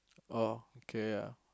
oh okay ah